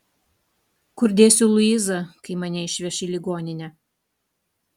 kur dėsiu luizą kai mane išveš į ligoninę